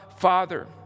Father